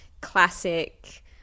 classic